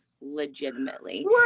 legitimately